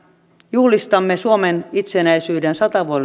juhlistamme suomen itsenäisyyden sata